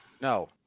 No